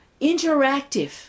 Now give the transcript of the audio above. interactive